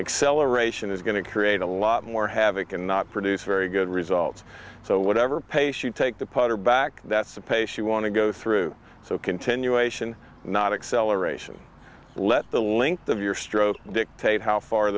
acceleration is going to create a lot more havoc and not produce very good results so whatever pace you take the putter back that's the pace you want to go through so continuation not excel aeration let the length of your stroke dictate how far